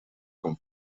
con